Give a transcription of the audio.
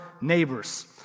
neighbor's